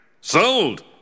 Sold